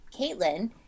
Caitlin